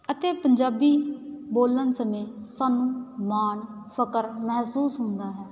ਅਤੇ ਪੰਜਾਬੀ ਬੋਲਣ ਸਮੇਂ ਸਾਨੂੰ ਮਾਣ ਫ਼ਕਰ ਮਹਿਸੂਸ ਹੁੰਦਾ ਹੈ